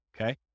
Okay